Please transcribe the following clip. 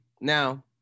Now